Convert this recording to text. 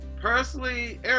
Personally